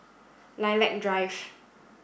Lilac Drive